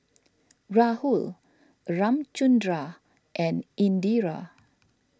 Rahul Ramchundra and Indira